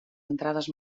entrades